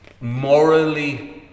morally